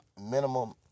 minimum